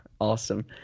Awesome